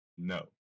no